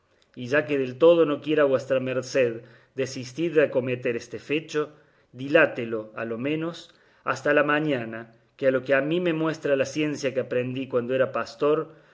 y ya que del todo no quiera vuestra merced desistir de acometer este fecho dilátelo a lo menos hasta la mañana que a lo que a mí me muestra la ciencia que aprendí cuando era pastor